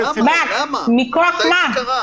שמענו את דעות חברי הכנסת.